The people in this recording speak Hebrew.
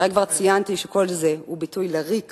כבר ציינתי שכל זה הוא ביטוי לריק